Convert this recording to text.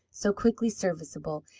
so quickly serviceable,